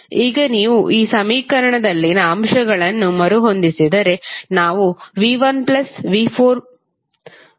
ಈಗ ನೀವು ಈ ಸಮೀಕರಣದಲ್ಲಿನ ಅಂಶಗಳನ್ನು ಮರುಹೊಂದಿಸಿದರೆ ನಾವು v1 v4 v2 v3 v5